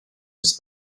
ist